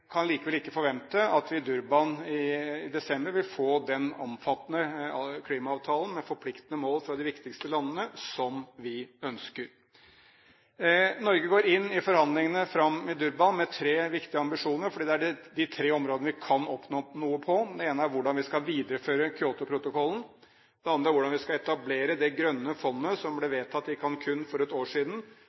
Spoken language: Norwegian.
kan likevel ikke forvente at vi i Durban i desember vil få den omfattende klimaavtalen som vi ønsker, med forpliktende mål fra de viktigste landene. Norge går inn i forhandlingene i Durban med tre viktige ambisjoner, for det er på de tre områdene vi kan oppnå noe. Det ene er hvordan vi skal videreføre Kyotoprotokollen, det andre er hvordan vi skal etablere det grønne fondet som ble vedtatt i Cancún for et år siden